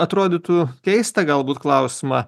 atrodytų keistą galbūt klausimą